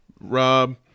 Rob